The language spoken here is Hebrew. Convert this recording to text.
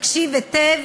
תקשיב היטב,